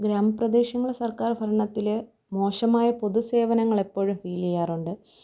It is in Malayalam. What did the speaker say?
ഗ്രാമപ്രദേശങ്ങള് സർക്കാർ ഭരണത്തില് മോശമായ പൊതുസേവനങ്ങളെപ്പഴും ഫീൽ ചെയ്യാറുണ്ട്